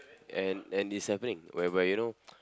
and and it's happening whereby you know